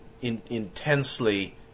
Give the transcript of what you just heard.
intensely